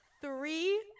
three